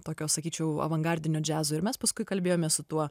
tokio sakyčiau avangardinio džiazo ir mes paskui kalbėjomės su tuo